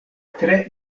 tre